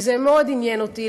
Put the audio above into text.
כי זה מאוד עניין אותי,